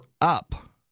up